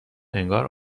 انگار